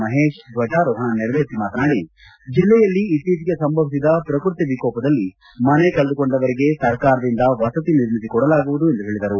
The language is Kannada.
ಮಹೇಶ್ ಧ್ವಜಾರೋಹಣ ನೆರವೇರಿಸಿ ಮಾತನಾಡಿ ಜಿಲ್ಲೆಯಲ್ಲಿ ಇತ್ತೀಚೆಗೆ ಸಂಭವಿಸಿದ ಪ್ರಕೃತಿ ವಿಕೋಪದಲ್ಲಿ ಮನೆ ಕಳೆದುಕೊಂಡವರಿಗೆ ಸರ್ಕಾರದಿಂದ ವಸತಿ ನಿರ್ಮಿಸಿ ಕೊಡಲಾಗುವುದು ಎಂದು ಹೇಳಿದರು